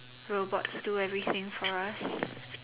robots do everything for us